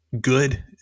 good